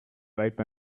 ripe